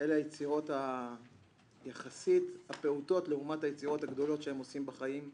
אלה היצירות יחסית הפעוטות לעומת היצירות הגדולות שהם עושים בחיים.